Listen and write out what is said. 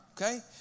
Okay